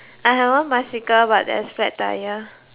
I have one bicycle but it has flat tire